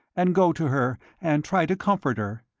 and go to her, and try to comfort her.